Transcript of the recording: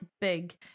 big